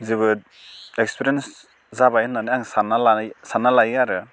जोबोद इक्सपेरियेन्स जाबाय होनानै आं सान्ना लायो सान्ना लायो आरो